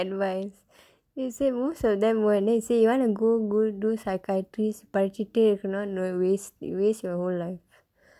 advice then he say most of them want then he say you want do psychiatrist